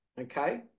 Okay